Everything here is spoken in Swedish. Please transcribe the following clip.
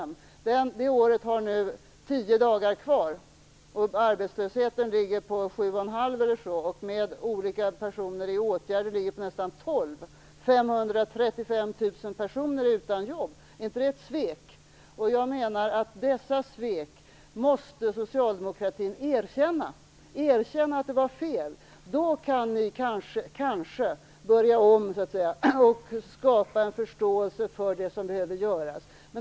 Men av det året återstår nu tio dagar, och arbetslösheten ligger på 7,5 % eller något sådant. Om de räknas in som finns i olika åtgärder ligger arbetslösheten på nästan 12 %. 535 000 personer är utan jobb. Är inte det ett svek? Jag menar att socialdemokratin måste erkänna dessa svek och att det var fel. Då kan ni kanske börja om och skapa en förståelse för det som behöver göras.